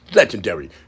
legendary